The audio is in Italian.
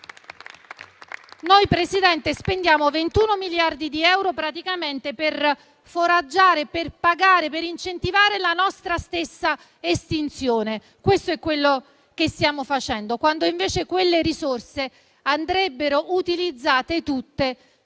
Noi, Presidente, spendiamo 21 miliardi di euro praticamente per foraggiare, pagare e incentivare la nostra stessa estinzione. Questo è quello che stiamo facendo, quando invece quelle risorse andrebbero utilizzate tutte